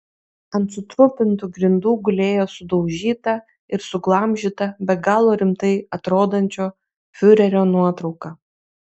ant sutrupintų grindų gulėjo sudaužyta ir suglamžyta be galo rimtai atrodančio fiurerio nuotrauka